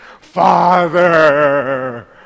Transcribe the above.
Father